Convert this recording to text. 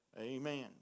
Amen